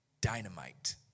dynamite